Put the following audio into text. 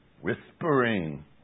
whispering